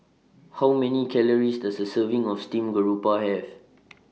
How Many Calories Does A Serving of Steamed Garoupa Have